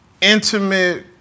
intimate